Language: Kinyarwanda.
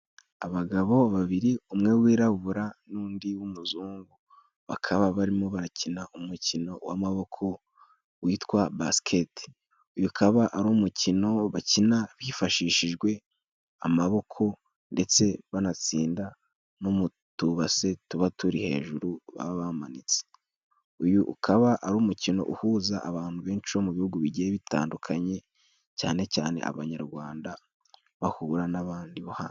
Abagabo babiri umwe wirabura n'undi w'umuzungu, bakaba barimo barakina umukino w'amaboko witwa Basiketi. Uyu ukaba ari umukino bakina hifashishijwe amaboko ndetse banatsindana mu tubase tuba turi hejuru baba bamanitse. Uyu ukaba ari umukino uhuza abantu benshi mu bihugu bigiye bitandukanye ,cyane cyane abanyarwanda bahura n'abandi bahandi.